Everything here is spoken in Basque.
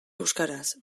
euskaraz